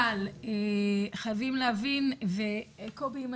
אבל חייבים להבין וקובי,